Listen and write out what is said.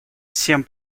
всем